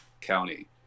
County